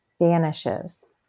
vanishes